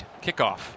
kickoff